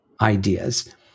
ideas